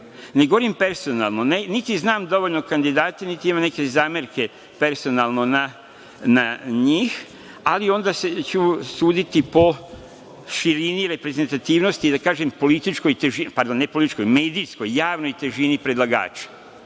Ne govorim personalno, niti znam dovoljno kandidata, niti imam neke zamerke personalno na njih, ali onda ću suditi po širini reprezentativnosti, da kažem medijskoj, javnoj težini predlagača.